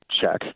check